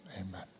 Amen